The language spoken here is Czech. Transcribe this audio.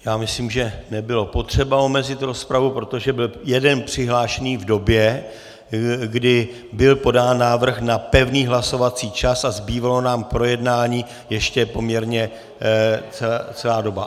Já myslím, že nebylo potřeba omezit rozpravu, protože byl jeden přihlášený v době, kdy byl podán návrh na pevný hlasovací čas, a zbývala nám k projednání ještě poměrně celá doba.